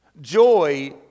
Joy